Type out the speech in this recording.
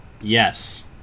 Yes